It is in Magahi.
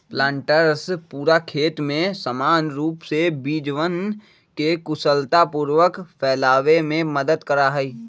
प्लांटर्स पूरा खेत में समान रूप से बीजवन के कुशलतापूर्वक फैलावे में मदद करा हई